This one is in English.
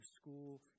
school